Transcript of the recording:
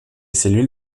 cellules